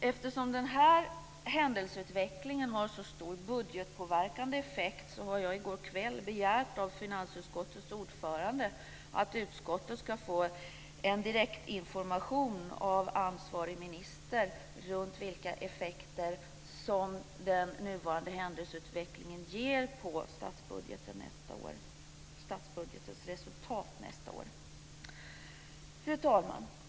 Eftersom den här händelseutvecklingen har så stor budgetpåverkande effekt begärde jag i går kväll av finansutskottets ordförande att utskottet ska få en direktinformation av ansvarig minister om vilka effekter som den nuvarande händelseutvecklingen ger på statsbudgetens resultat nästa år. Fru talman!